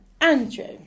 Andrew